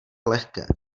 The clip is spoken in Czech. lehké